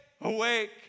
awake